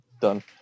Done